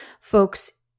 folks